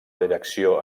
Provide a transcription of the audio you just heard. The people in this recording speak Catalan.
direcció